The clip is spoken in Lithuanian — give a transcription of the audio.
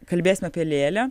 kalbėsim apie lėlę